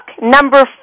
number